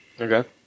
Okay